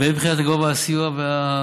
והן מבחינת גובה הסיוע והזכאויות.